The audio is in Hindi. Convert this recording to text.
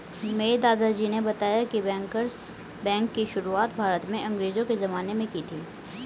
मेरे दादाजी ने बताया की बैंकर्स बैंक की शुरुआत भारत में अंग्रेज़ो के ज़माने में की थी